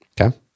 Okay